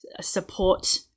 support